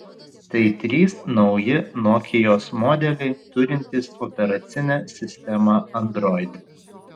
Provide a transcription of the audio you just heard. tai trys nauji nokios modeliai turintys operacinę sistemą android